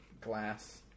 glass